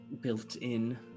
built-in